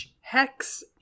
hex